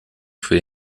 für